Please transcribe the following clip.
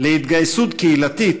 והתגייסות קהילתית,